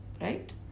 right